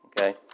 okay